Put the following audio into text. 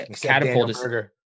catapulted